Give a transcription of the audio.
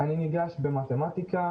אני ניגש במתמטיקה,